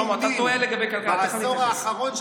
בעשור האחרון,